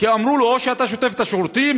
כי אמרו לו: או שאתה שוטף את השירותים